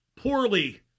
poorly